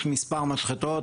יש מספר משחטות,